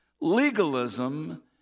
Legalism